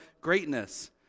greatness